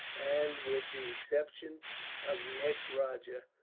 and, with the exception of the ex-rajah,